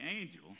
angel